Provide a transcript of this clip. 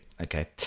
Okay